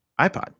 iPod